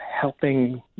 helping